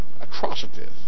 atrocities